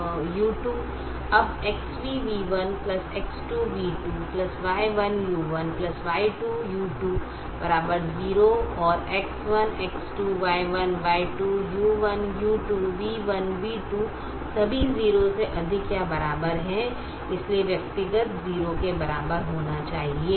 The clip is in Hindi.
अब X1v1 X2v2 Y1 u1 Y2 u2 0 और X1X2Y1Y2u1u2v1v2 सभी 0 से अधिक या बराबर हैं इसलिए व्यक्तिगत 0 के बराबर होना चाहिए